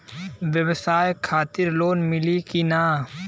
ब्यवसाय खातिर लोन मिली कि ना?